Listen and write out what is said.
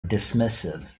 dismissive